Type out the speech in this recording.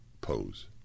pose